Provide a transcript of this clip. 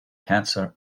cancer